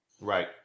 right